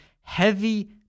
heavy